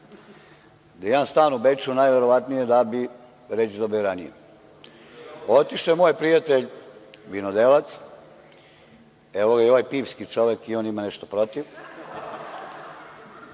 da ja imam stan u Beču, verovatno da bih reč dobio ranije. Otišao je moj prijatelj vinodevac, evo ga i ovaj pivski čovek, i on ima nešto protiv,